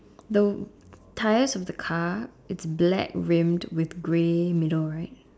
the tyres of the car it's black rimmed with grey middle right